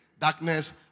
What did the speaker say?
darkness